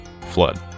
Flood